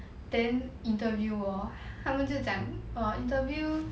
then interview hor 他们就讲 err interview